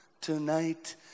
tonight